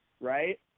right